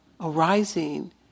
arising